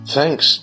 Thanks